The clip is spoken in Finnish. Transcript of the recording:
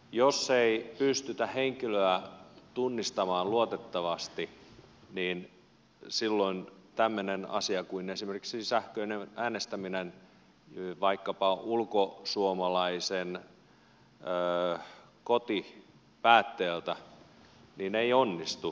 jos ei pystytä henkilöä tunnistamaan luotettavasti niin silloin tämmöinen asia kuin esimerkiksi sähköinen äänestäminen vaikkapa ulkosuomalaisen kotipäätteeltä ei onnistu